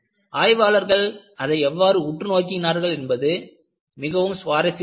ஆய்வாளர்கள் அதை எவ்வாறு உற்று நோக்கினார்கள் என்பது மிகவும் சுவாரசியமானது